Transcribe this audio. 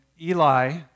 Eli